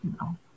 No